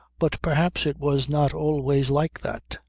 but perhaps it was not always like that.